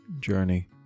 journey